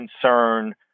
concern